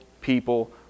people